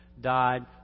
died